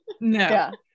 no